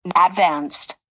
advanced